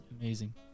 Amazing